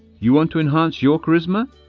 you want to enhance your charisma?